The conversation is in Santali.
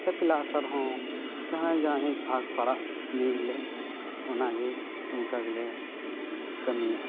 ᱥᱮ ᱯᱞᱟᱥᱴᱟᱨ ᱦᱚᱸ ᱡᱟᱦᱟᱸᱭ ᱡᱟᱦᱟᱸ ᱵᱷᱟᱜᱽ ᱯᱟᱲᱟᱜ ᱫᱤᱱ ᱦᱤᱞᱟᱹᱜ ᱚᱱᱟᱜᱮ ᱚᱱᱠᱟᱜᱮᱞᱮ ᱠᱟᱹᱢᱤᱭᱟ